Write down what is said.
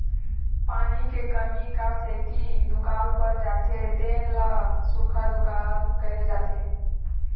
पानी के कमी क सेती दुकाल पर जाथे तेन ल सुक्खा दुकाल कहे जाथे